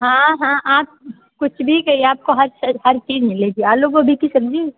हाँ हाँ आप कुछ भी कहिए आपको हर हर चीज़ मिलेगी आलू गोभी की सब्ज़ी